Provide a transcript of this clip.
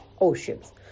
oceans